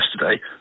yesterday